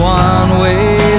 one-way